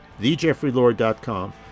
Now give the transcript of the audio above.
thejeffreylord.com